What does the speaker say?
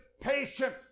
patient